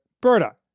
Berta